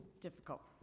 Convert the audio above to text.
difficult